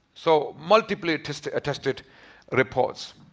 so multiply attested attested reports.